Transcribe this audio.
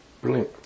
brilliant